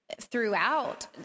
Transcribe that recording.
throughout